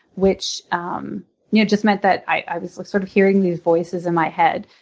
which um you know just meant that i was like sort of hearing these voices in my head.